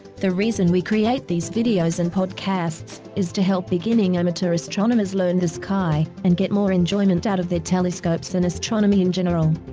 the reason we create these video and podcasts is to help beginning amateur astronomers learn the sky and get more enjoyment out of their telescopes and astronomy in general.